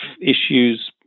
issues